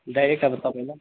direct अब तपाईँलाई